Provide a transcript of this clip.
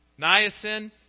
niacin